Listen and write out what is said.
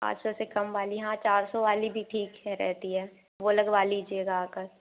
पाँच सौ से कम वाली हाँ चार सौ वाली भी ठीक रहती है वो लगवा लीजिएगा आ कर